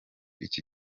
iki